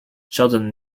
sheldon